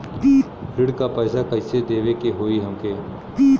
ऋण का पैसा कइसे देवे के होई हमके?